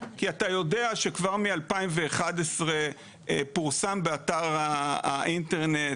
כי אתה יודע שכבר מה-2011 פורסמו באתר האינטרנט